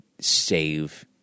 save